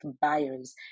buyers